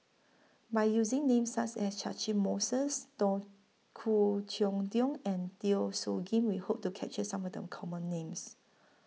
By using Names such as Catchick Moses Khoo Cheng Tiong and Teo Soon Kim We Hope to capture Some of The Common Names